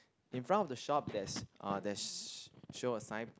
in front of the shop there's uh there's show a sign